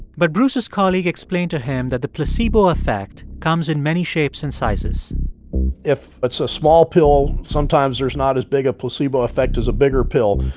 but bruce's colleague explained to him that the placebo effect comes in many shapes and sizes if it's a small pill, sometimes there's not as big a placebo effect as a bigger pill.